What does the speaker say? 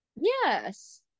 Yes